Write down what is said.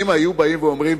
אם היו באים ואומרים,